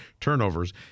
turnovers